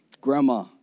Grandma